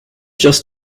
just